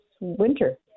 winter